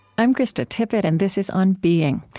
i'm krista tippett, and this is on being.